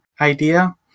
idea